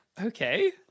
Okay